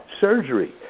surgery